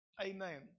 Amen